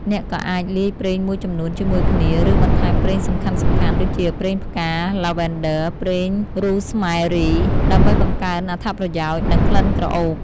អ្នកក៏អាចលាយប្រេងមួយចំនួនជាមួយគ្នា ឬបន្ថែមប្រេងសំខាន់ៗ (ដូចជាប្រេងផ្កាឡាវេនឌឺ ប្រេងរ៉ូស្មែរី) ដើម្បីបង្កើនអត្ថប្រយោជន៍ និងក្លិនក្រអូប។